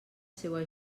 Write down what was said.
seua